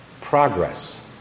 Progress